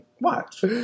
watch